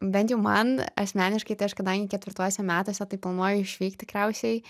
bent jau man asmeniškai tai aš kadangi ketvirtuose metuose tai planuoju išvykt tikriausiai